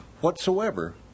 whatsoever